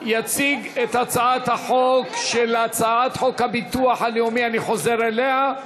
יציג את הצעת חוק הביטוח הלאומי, אני חוזר אליה,